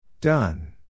Done